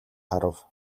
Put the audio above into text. харав